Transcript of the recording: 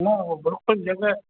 न उहो बिल्कुलु जॻहि